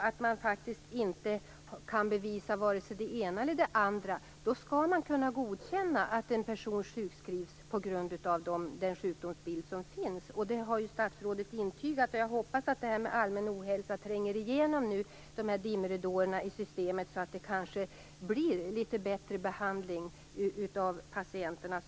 Om man inte kan bevisa vare sig det ena eller det andra skall man kunna godkänna att en person sjukskrivs på grund av den sjukdomsbild som finns. Det har också statsrådet intygat. Jag hoppas att detta med allmän ohälsa tränger igenom dimridåerna i systemet, så att det kanske kan bli en litet bättre behandling av patienterna.